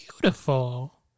beautiful